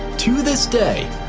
to this day,